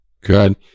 Good